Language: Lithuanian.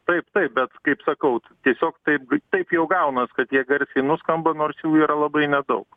taip taip bet kaip sakau tiesiog taip g taip jau gaunas kad jie garsiai nuskamba nors jų yra labai nedaug